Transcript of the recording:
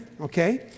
okay